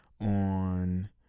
on